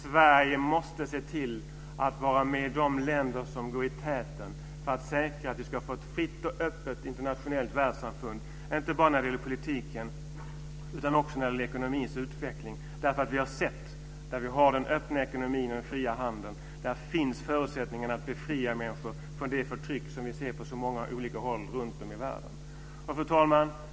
Sverige måste vara bland de länder som går i täten för att säkra ett fritt och öppet internationellt världssamfund, inte bara när det gäller politiken utan också när det gäller ekonomins utveckling. Vi har sett att där det finns en öppen ekonomi och en fri handel finns förutsättningarna för att befria människor från det förtryck som förekommer på så många olika håll runtom i världen. Fru talman!